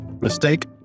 Mistake